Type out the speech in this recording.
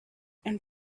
and